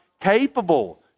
capable